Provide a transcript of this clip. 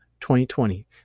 2020